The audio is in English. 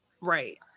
right